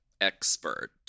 expert